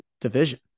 division